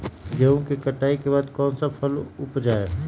गेंहू के कटाई के बाद कौन सा फसल उप जाए?